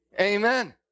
Amen